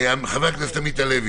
חבר הכנסת עמית הלוי.